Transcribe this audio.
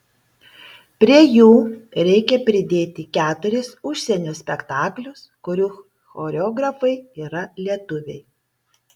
prie jų reikia pridėti keturis užsienio spektaklius kurių choreografai yra lietuviai